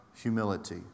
humility